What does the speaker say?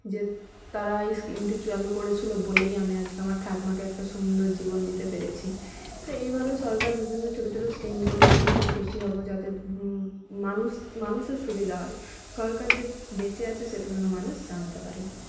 যে তারা এই স্কিমটি চালু করেছিলো বলেই আমি আজকে আমার ঠাকুমাকে একটা সুন্দর জীবন দিতে পেরেছি তো এইভাবে সরকার বিভিন্ন ছোটো ছোটো স্কিম করলে আমি খুব খুশি হবো যাতে মানুষ মানুষের সুবিধা হয় সরকার যে বেঁচে আছে সেটা যেন মানুষ জানতে পারে